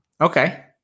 Okay